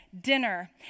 dinner